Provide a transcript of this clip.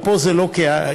אבל פה זה לא כצעקתה.